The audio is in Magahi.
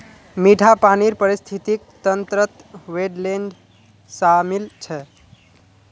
मीठा पानीर पारिस्थितिक तंत्रत वेट्लैन्ड शामिल छ